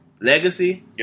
legacy